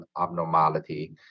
abnormality